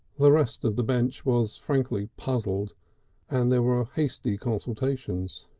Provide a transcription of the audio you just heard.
the rest of the bench was frankly puzzled and there were ah hasty consultations.